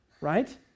right